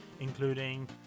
including